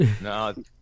No